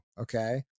okay